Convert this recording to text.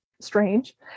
strange